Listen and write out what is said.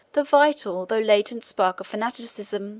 the vital though latent spark of fanaticism